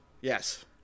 Yes